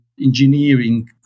engineering